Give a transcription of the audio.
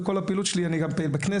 לכל הפעילות שלי אני גם פעיל בכנסת,